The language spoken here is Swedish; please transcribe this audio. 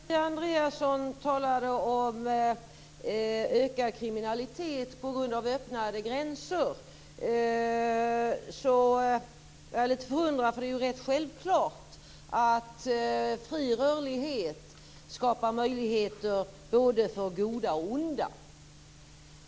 Herr talman! När Kia Andreasson talade om ökad kriminalitet på grund av öppnade gränser blev jag litet förundrad. Det är ju rätt självklart att fri rörlighet skapar möjligheter både för goda och onda.